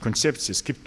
koncepcijas kaip